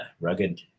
rugged